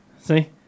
See